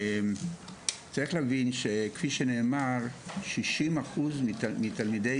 צריך להבין שכפי שנאמר 60% מתלמידי